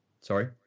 Sorry